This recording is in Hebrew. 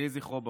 יהיה זכרו ברוך.